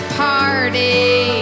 party